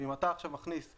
אם אתה מכניס עכשיו